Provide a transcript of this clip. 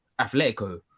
Atletico